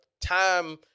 time